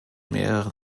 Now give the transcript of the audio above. mehreren